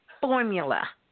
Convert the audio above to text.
formula